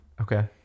Okay